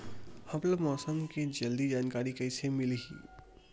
हमला मौसम के जल्दी जानकारी कइसे मिलही?